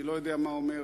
אני לא יודע מה אומר